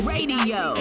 Radio